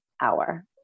hour